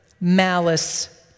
malice